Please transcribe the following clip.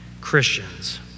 Christians